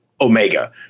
Omega